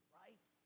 right